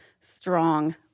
strong